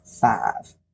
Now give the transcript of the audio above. five